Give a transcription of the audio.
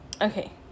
Okay